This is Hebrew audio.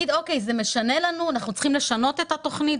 ולומר האם זה משנה לנו והאם אנחנו צריכים לשנות את התכנית.